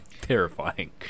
terrifying